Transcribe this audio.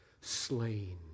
slain